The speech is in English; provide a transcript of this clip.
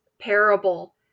parable